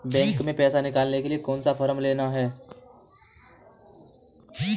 Bank में पैसा निकालने के लिए कौन सा फॉर्म लेना है?